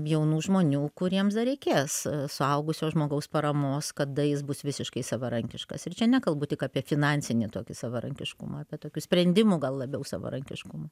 jaunų žmonių kuriems dar reikės suaugusio žmogaus paramos kada jis bus visiškai savarankiškas ir čia nekalbu tik apie finansinį tokį savarankiškumą apie tokių sprendimų gal labiau savarankiškumą